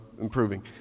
improving